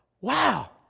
wow